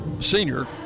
senior